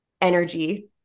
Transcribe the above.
energy